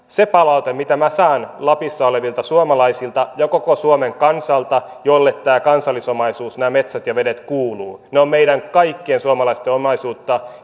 siinä palautteessa mitä minä saan lapissa olevilta suomalaisilta ja koko suomen kansalta jolle tämä kansallisomaisuus nämä metsät ja vedet kuuluu ne ovat meidän kaikkien suomalaisten omaisuutta